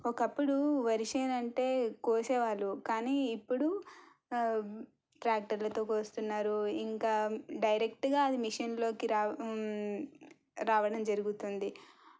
ఒకప్పుడు వరి చేను అంటే కోసేవాళ్ళు కానీ ఇప్పుడు ట్రాక్టర్లతో కోస్తున్నారు ఇంకా డైరెక్ట్గా అది మెషీన్లోకి రావ్ రావడం జరుగుతుంది